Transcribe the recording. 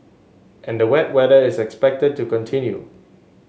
and the wet weather is expected to continue